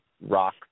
rock